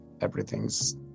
everything's